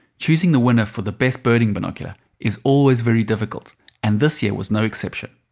choosing the winner for the best birding binocular is always very difficult and this year was no exception.